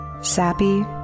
Sappy